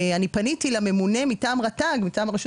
אני פניתי לממונה מטעם רט"ג מטעם רשות